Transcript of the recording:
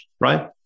right